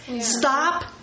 Stop